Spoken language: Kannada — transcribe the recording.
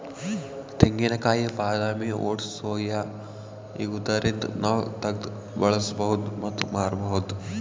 ತೆಂಗಿನಕಾಯಿ ಬಾದಾಮಿ ಓಟ್ಸ್ ಸೋಯಾ ಇವ್ದರಿಂದ್ ನಾವ್ ತಗ್ದ್ ಬಳಸ್ಬಹುದ್ ಮತ್ತ್ ಮಾರ್ಬಹುದ್